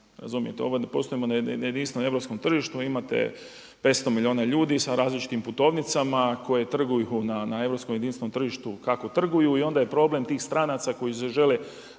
razumijete, ovo poslujemo na jedinstvenom europskom tržištu, imate 500 milijuna ljudi sa različitim putovnicama koje trguju na europskom jedinstvenom tržištu kako trguju i onda je problem tih stranaca koji žele